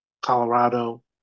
Colorado